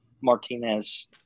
Martinez